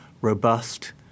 robust